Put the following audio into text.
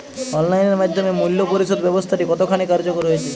Online এর মাধ্যমে মূল্য পরিশোধ ব্যাবস্থাটি কতখানি কার্যকর হয়েচে?